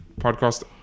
Podcast